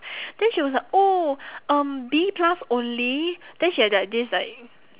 then she was like oh um B plus only then she had that this like